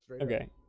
Okay